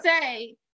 say